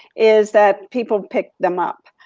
is that people pick them up.